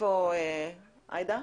איפה עאידה?